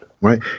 Right